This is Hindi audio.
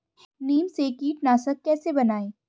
नीम से कीटनाशक कैसे बनाएं?